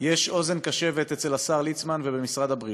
יש אוזן קשבת אצל השר ליצמן ובמשרד הבריאות.